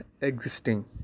existing